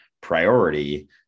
priority